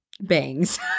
bangs